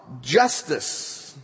justice